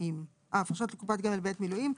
הפרשות לקופת גמל בעת מילואים,